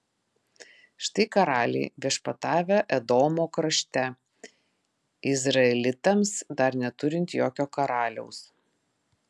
štai karaliai viešpatavę edomo krašte izraelitams dar neturint jokio karaliaus